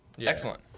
Excellent